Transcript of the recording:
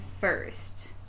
first